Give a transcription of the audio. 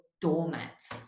doormats